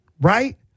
right